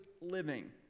living